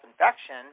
infection